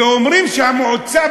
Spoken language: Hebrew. ואומרים: המועצה,